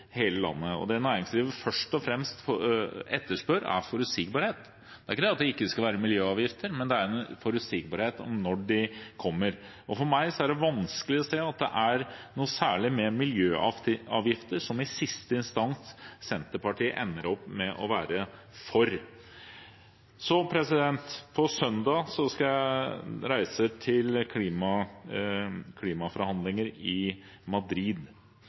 hele landet. Det næringslivet først og fremst etterspør, er forutsigbarhet. Det er ikke det at det ikke skal være miljøavgifter, men at det skal være en forutsigbarhet om når de kommer. For meg er det vanskelig å se at det er noen særlig flere miljøavgifter som Senterpartiet i siste instans vil ende opp med å være for. På søndag skal jeg reise til klimaforhandlinger i Madrid.